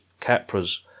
Capra's